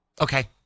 Okay